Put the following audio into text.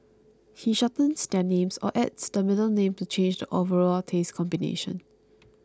he shortens their names or adds the middle name to change the overall taste combination